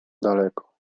daleko